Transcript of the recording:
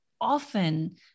often